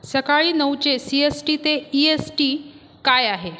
सकाळी नऊचे C S T ते ई एस टी काय आहे